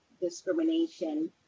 discrimination